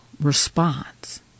response